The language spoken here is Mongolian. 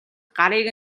гарыг